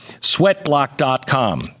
Sweatblock.com